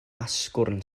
asgwrn